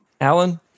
Alan